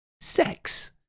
Sex